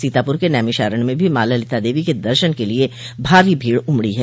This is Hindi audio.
सीतापुर के नैमिषारण्य में भी माँ ललिता देवी के दर्शन के लिए भारी भीड़ उमड़ी है